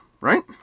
Right